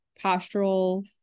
postural